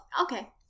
okay